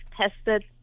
tested